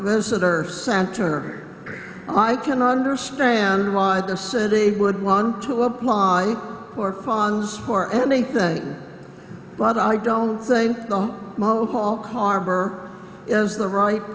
visitor center i cannot understand why the city would want to apply for funds for anything but i don't think the mohawk harbor is the right